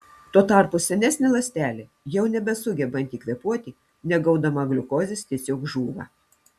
tuo tarpu senesnė ląstelė jau nebesugebanti kvėpuoti negaudama gliukozės tiesiog žūva